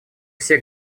все